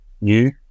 new